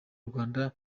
rwanda